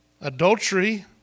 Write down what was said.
adultery